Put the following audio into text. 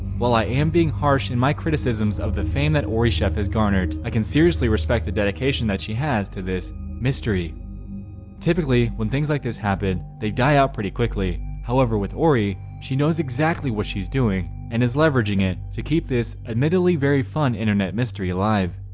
while i am being harsh in my criticisms of the fame that orie chef has garnered i can seriously respect the dedication that she has to this mystery typically when things like this happen they die out pretty quickly however with orie she knows exactly what she's doing and is leveraging it to keep this admittedly very fun internet mystery alive.